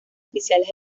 oficiales